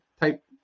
type